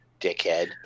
Dickhead